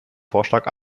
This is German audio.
vorschlag